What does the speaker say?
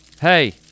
Hey